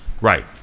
Right